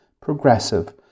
progressive